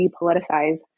depoliticize